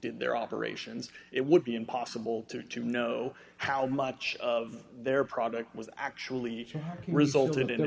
did their operations it would be impossible to to know how much of their product was actually resulted in